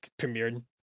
premiered